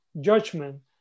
judgment